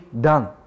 done